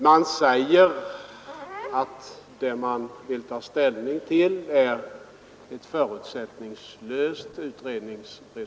Man säger att det man vill ta ställning till är resultatet av en förutsättningslös utredning.